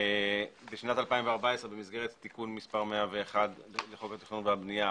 בשנת 2014 במסגרת תיקון מס' 101 לחוק התכנון והבנייה,